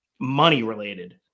money-related